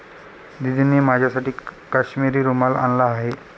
दीदींनी माझ्यासाठी काश्मिरी रुमाल आणला आहे